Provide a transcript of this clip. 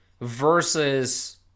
versus